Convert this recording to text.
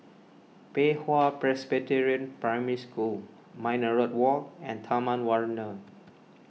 Pei Hwa Presbyterian Primary School Minaret Walk and Taman Warna